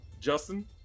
Justin